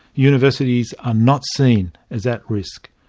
universities are not seen as at risk.